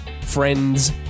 friends